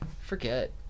Forget